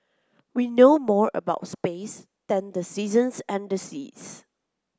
we know more about space than the seasons and the seas